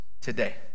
today